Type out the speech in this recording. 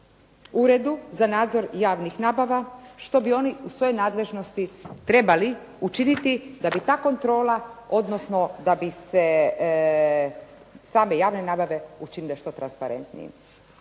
Uredu za nadzor javnih nabava što bi oni u svojoj nadležnosti trebali učiniti da bi ta kontrola odnosno da bi se same javne nabave učinile što transparentnijim.